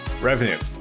revenue